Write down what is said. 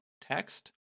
text